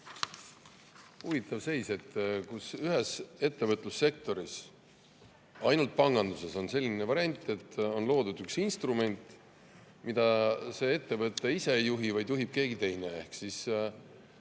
huvitav seis, kus ühes ettevõtlussektoris, ainult panganduses on selline variant, et on loodud üks instrument, mida ettevõte ise ei juhi, vaid juhib keegi teine.